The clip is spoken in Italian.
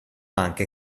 anche